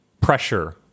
pressure